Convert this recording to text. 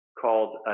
called